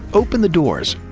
open the doors,